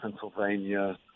Pennsylvania